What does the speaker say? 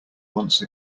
once